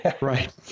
right